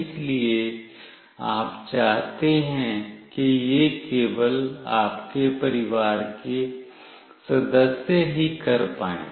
इसलिए आप चाहते हैं कि यह केवल आपके परिवार के सदस्य ही कर पाऐं